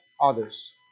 others